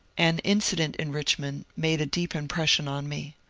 an incident in richmond made a deep impression on me.